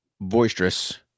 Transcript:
boisterous